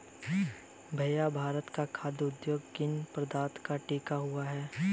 भैया भारत का खाघ उद्योग किन पदार्थ पर टिका हुआ है?